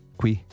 qui